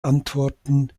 antworten